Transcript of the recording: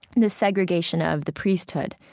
the segregation of the priesthood,